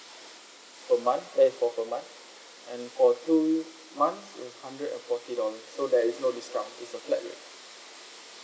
per month eh eh for per month and for two months is hundred and forty dollar so there is no discount it's a flat rate